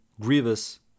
Grievous